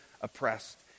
oppressed